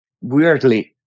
weirdly